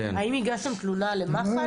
האם הגשתם תלונה למח"ש?